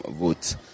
vote